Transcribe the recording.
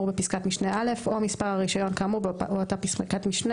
בפסקת משנה (א) או מספר הרישיון כאמור באותה פסקת משנה,